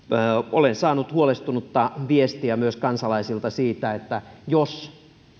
olen saanut huolestunutta viestiä myös kansalaisilta siitä että jos